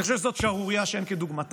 אני חושב שזאת שערורייה שאין כדוגמתה.